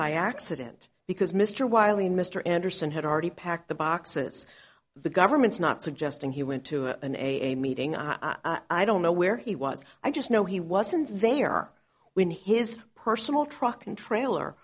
by accident because mr wiley mr anderson had already packed the boxes the government's not suggesting he went to an a a meeting i don't know where he was i just know he wasn't there when his personal truck and trailer